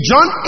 John